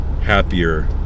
happier